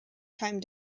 time